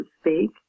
speak